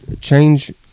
change